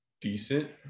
decent